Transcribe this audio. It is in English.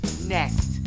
next